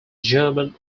german